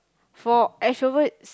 for extroverts